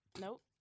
nope